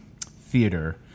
theater